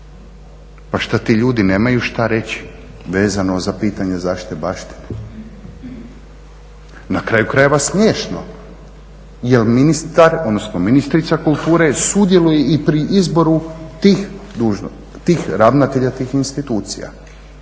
Pa šta ti ljudi nemaju šta reći vezano za pitanje zaštite baštine? Na kraju krajeva smiješno jer ministar, odnosno ministrica kulture sudjeluje i pri izboru tih ravnatelja tih institucija.